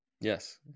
Yes